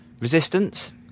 Resistance